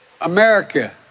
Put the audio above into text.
America